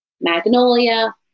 Magnolia